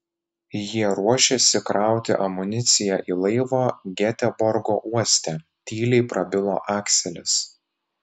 jie ruošėsi krauti amuniciją į laivą geteborgo uoste tyliai prabilo akselis